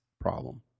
problem